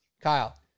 Kyle